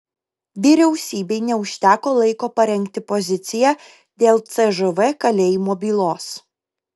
vyriausybei neužteko laiko parengti poziciją dėl cžv kalėjimo bylos